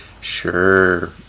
Sure